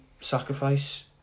sacrifice